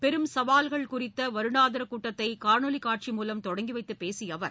பெரும் சவால்கள் குறித்த வருடாந்திர கூட்டத்தை காணொலி காட்சி மூலம் தொடங்கிவைத்துப் பேசிய அவர்